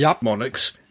monarchs